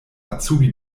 azubi